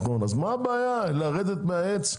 אז מה בעיה לרדת מהעץ,